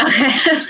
Okay